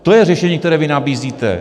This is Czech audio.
To je řešení, které vy nabízíte.